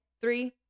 Three